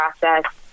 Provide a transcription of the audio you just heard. process